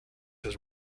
his